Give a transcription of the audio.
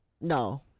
No